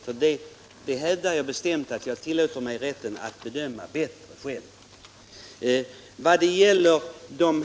Jag hävdar bestämt att jag kan bedöma det bäst själv.